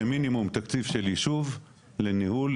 שמינימום תקציב של ישוב לניהול,